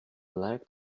like